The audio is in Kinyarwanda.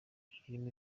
irimo